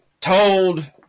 told